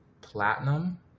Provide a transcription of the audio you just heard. Platinum